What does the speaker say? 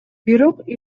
бирок